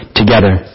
together